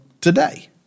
today